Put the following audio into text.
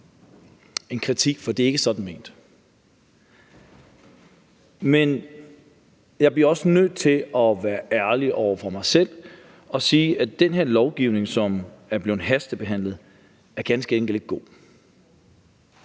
en kritik, for det er ikke sådan ment. Men jeg bliver også nødt til at være ærlig over for mig selv og sige, at den her lovgivning, som er blevet hastebehandlet, ganske enkelt ikke er god.